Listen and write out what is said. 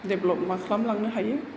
develop मा खालामलांनो हायो